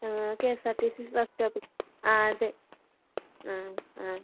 ആ K S R T C bus stop ആ അതെ ആ ആ